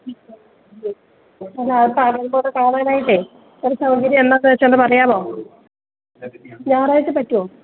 ഈ സ്ഥലം ഒന്ന് കാണാനായിട്ട് എന്നാണ് ഒരു സൗകര്യം എന്നാണെന്ന് വെച്ചാൽ ഒന്ന് പറയാമോ ഞായറാഴ്ച പറ്റുവോ